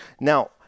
Now